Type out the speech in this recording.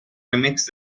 remixed